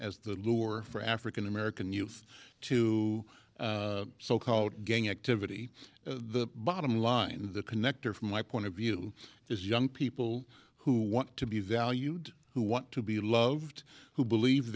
as the lure for african american youth to so called gang activity the bottom line the connector from my point of view is young people who want to be valued who want to be loved who believe